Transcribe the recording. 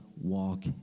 walk